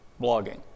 blogging